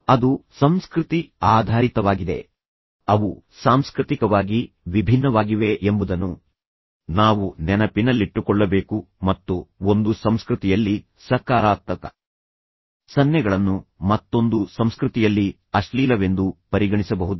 ಅದು ಸಂಸ್ಕೃತಿ ಆಧಾರಿತವಾಗಿದೆ ಅವು ಸಾಂಸ್ಕೃತಿಕವಾಗಿ ವಿಭಿನ್ನವಾಗಿವೆ ಎಂಬುದನ್ನು ನಾವು ನೆನಪಿನಲ್ಲಿಟ್ಟುಕೊಳ್ಳಬೇಕು ಮತ್ತು ಒಂದು ಸಂಸ್ಕೃತಿಯಲ್ಲಿ ಸಕಾರಾತ್ಮಕ ಸನ್ನೆಗಳನ್ನು ಮತ್ತೊಂದು ಸಂಸ್ಕೃತಿಯಲ್ಲಿ ಅಶ್ಲೀಲವೆಂದು ಪರಿಗಣಿಸಬಹುದು